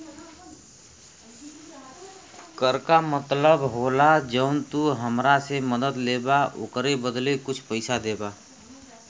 कर का मतलब होला जौन तू हमरा से मदद लेबा ओकरे बदले कुछ पइसा देबा